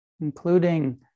including